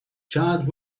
chad